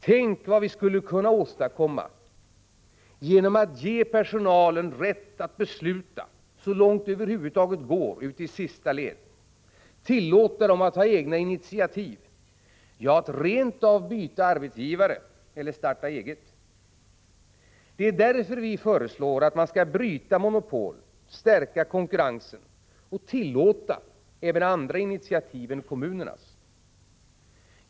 Tänk vad vi skulle kunna åstadkomma genom att ge personalen rätt att besluta så långt det över huvud taget går, ut i sista ledet, tillåta dem att ta egna initiativ, ja, rent av byta arbetsgivare eller starta eget. Det är därför som vi föreslår att vi skall bryta monopol, stärka konkurrensen och tillåta även andra initiativ än kommunernas.